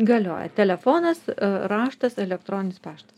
galioja telefonas raštas elektroninis paštas